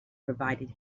provided